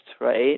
right